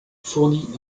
fournit